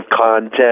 content